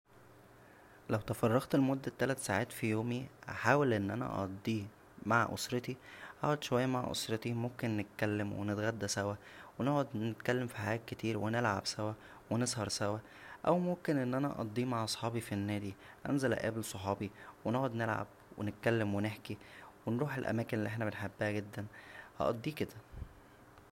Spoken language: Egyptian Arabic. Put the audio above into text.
لو تفرغت لمدة تلات ساعات فى يومى هحاول ان انا اقضيه مع اسرتى هعد شويه مع اسرتى ممكن نتكلم ونتغدى سوا و نقعد نتكلم فحاجات كتير ونلعب سوا ونسهر سوا او ممكن ان انا اقضيه مع صحابى فالنادى انزل اقابل صحابى ونقعد نلعب ونتكلم ونحكى و نروح الاماكن اللى احنا بنحبها جدا هقضيه كدا